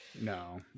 No